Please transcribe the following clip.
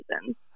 reasons